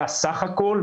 זה הסך הכול.